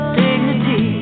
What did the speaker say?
dignity